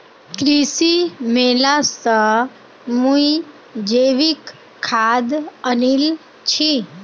कृषि मेला स मुई जैविक खाद आनील छि